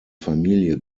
familie